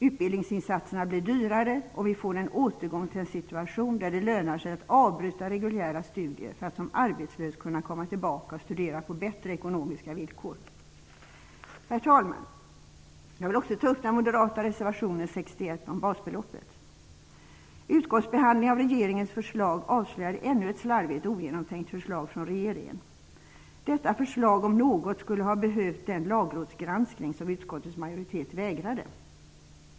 Utbildningsinsatserna blir dyrare och vi får en återgång till en situation där det lönar sig att avbryta reguljära studier för att som arbetslös kunna komma tillbaka och studera på bättre ekonomiska villkor. Herr talman! Jag vill också ta upp den moderata reservationen 61 om basbeloppet. Utskottsbehandlingen av regeringens förslag avslöjade ännu ett slarvigt och ogenomtänkt förslag från regeringen. Detta förslag om något skulle ha behövt den lagrådsbehandling som utskottets majoritet vägrade.